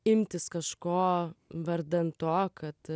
imtis kažko vardan to kad